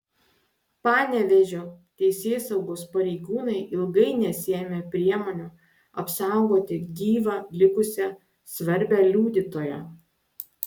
panevėžio teisėsaugos pareigūnai ilgai nesiėmė priemonių apsaugoti gyvą likusią svarbią liudytoją